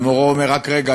והמורה אומר: רק רגע,